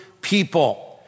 people